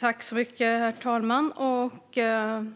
Herr talman!